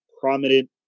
prominent